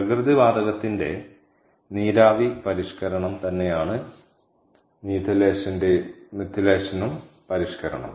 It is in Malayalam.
പ്രകൃതിവാതകത്തിന്റെ നീരാവി പരിഷ്കരണം തന്നെയാണ് മെത്തിലിലേഷനും പരിഷ്കരണവും